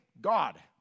God